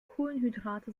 kohlenhydrate